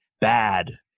bad